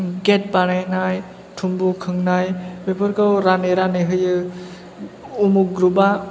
gate बानायनाय थुम्बु सोंनाय बेफोरखौ रानै रानै होयो उमुग ग्रुप आ